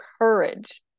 courage